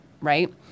right